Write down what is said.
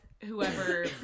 whoever